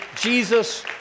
Jesus